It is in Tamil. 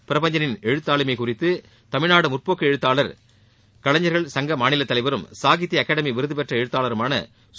பிரபஞ்சனின் எழுத்தாளுமை குறித்து தமிழ்நாடு முற்போக்கு எழுத்தாளர் கலைஞர்கள் சங்க மாநிலத் தலைவரும் சாகித்ய அகாடமி விருது பெற்ற எழுத்தாளருமான சு